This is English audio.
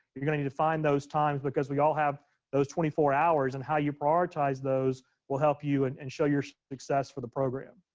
you're gonna need to find those times because we all have those twenty four hours and how you prioritize those will help you and and show your success for the program.